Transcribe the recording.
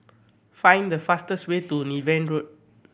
find the fastest way to Niven Road